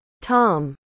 Tom